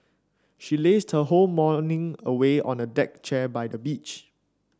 she lazed her whole morning away on a deck chair by the beach